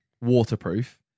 waterproof